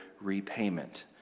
repayment